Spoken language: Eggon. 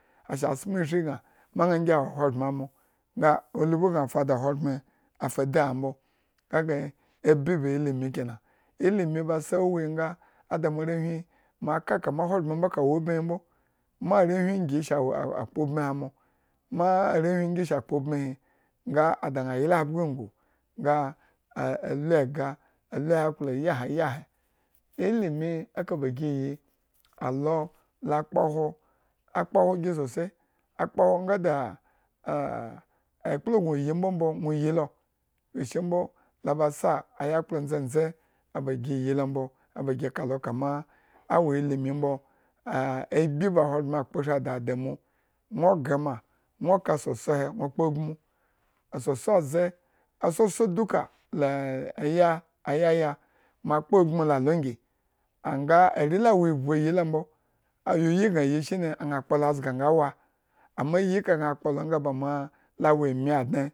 Asa sme eshri bma maaña ngi wo ahogbren nga ulbi gna fadi ahogbren fa di ambo, kage ubi ba ilimi kena, ilimi ba sa uwuhi nga a da moarewhi ma kama. Ahogbren mbo ka wo ubmihi mbo, ma are whi ngi awo shakpo ubmihi mo, ma arewhi ngi sa kpo ubmihi ada nga ña yi ta ahogbren nyi mbo, nga alu ega, alu yakplo yi heyi he, ilimi aka ba gi yi alo eklplo gno yi. mbombo nwo yi lochuku eshi mbo, la ba sa ayakpla ndzenze aba gi yi lo mbo, ada gi eka kama awoilimi mbo agbi ba ahogbren kpo shridi adamu nwo grema nwo ka sosohe nwo kpo agmu, soso aze, asoso duka laya, ayaya. moakpo agmu la alo ngi, a nga are la wo irbu ayi lo mbo. yiyi gna yi shine aña kpo lo azga nga wa, amma ayi eka ba ña kpo lo nga